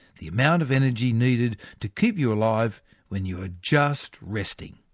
the amount of energy needed to keep you alive when you are just resting.